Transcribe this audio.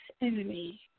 enemy